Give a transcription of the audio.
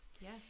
yes